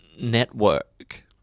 network